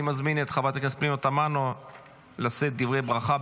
אני מזמין את חברת הכנסת פנינה תמנו לשאת דברי ברכה.